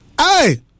Hey